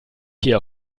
hier